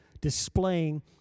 displaying